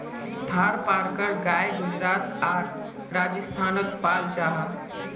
थारपारकर गाय गुजरात आर राजस्थानोत पाल जाहा